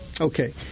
Okay